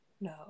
No